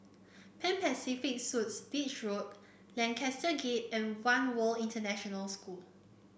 Pan Pacific Suites Beach Road Lancaster Gate and One World International School